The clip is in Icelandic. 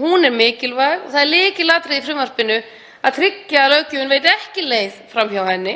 Hún er mikilvæg og það er lykilatriði í frumvarpinu að tryggja að löggjöfin veiti ekki leið fram hjá henni.